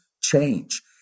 change